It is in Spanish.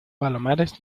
palomares